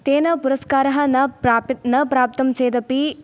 तेन पुरस्कारः न प्राप्य न प्राप्तं चेदपि